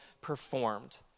performed